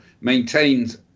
maintains